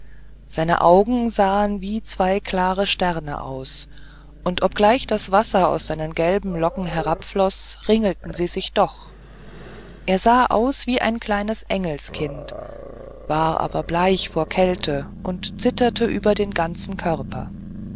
seine augen sahen wie zwei klare sterne aus und obgleich das wasser aus seinen gelben locken herabfloß ringelten sie sich doch er sah aus wie ein kleines engelskind war aber bleich vor kälte und zitterte über den ganzen körper